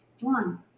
One